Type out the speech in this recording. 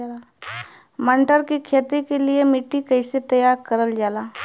मटर की खेती के लिए मिट्टी के कैसे तैयार करल जाला?